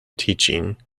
teaching